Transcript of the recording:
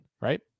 right